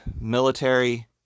military